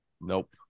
Nope